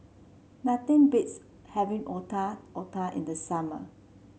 nothing beats having Otak Otak in the summer